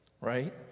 right